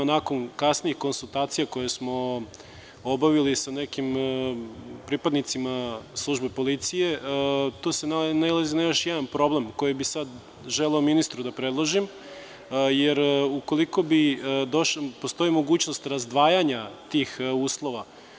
Nakon kasnijih konsultacija koje smo obavili sa nekim pripadnicima službi policije, tu se nailazi na još jedan problem koji bih sada želeo ministru da predložim jer postoji mogućnost razdvajanja tih uslova.